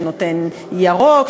שנותן ירוק,